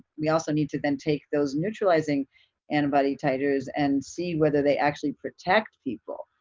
we also need to then take those neutralizing antibody titers and see whether they actually protect people.